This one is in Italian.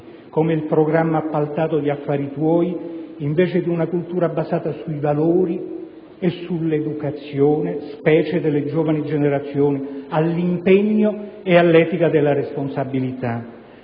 come il programma appaltato "Affari tuoi", invece di una cultura basata sui valori e sull'educazione, specie delle giovani generazioni, all'impegno ed all'etica della responsabilità.